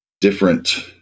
different